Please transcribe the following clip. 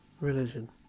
religion